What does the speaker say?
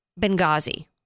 Benghazi